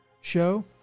show